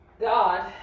God